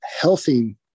healthy